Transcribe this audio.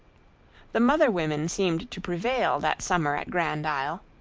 the mother-women seemed to prevail that summer at grand isle.